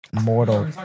mortal